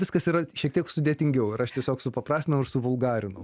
viskas yra šiek tiek sudėtingiau ir aš tiesiog supaprastinome suvulgarinome